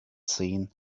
seen